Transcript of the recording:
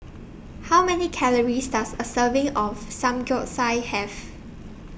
How Many Calories Does A Serving of Samgyeopsal Have